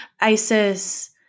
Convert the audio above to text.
Isis